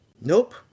nope